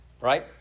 right